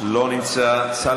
תפסתי